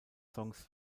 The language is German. songs